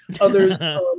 Others